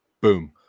boom